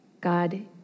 God